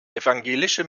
evangelische